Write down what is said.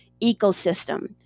ecosystem